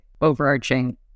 overarching